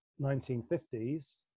1950s